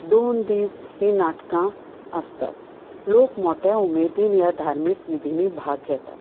दोन दीस ही नाटकां आसतात लोक मोठ्या उमेदीन ह्या धार्मीक विधिंनी भाग घेतात